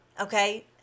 okay